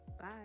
Bye